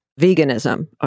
veganism